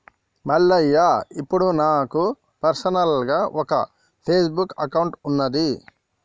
మల్లయ్య ఇప్పుడు నాకు పర్సనల్గా ఒక ఫేస్బుక్ అకౌంట్ ఉన్నది